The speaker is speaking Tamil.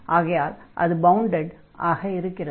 ஆகையால் அது பவுண்டட் ஆக இருக்கிறது